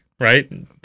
Right